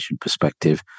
perspective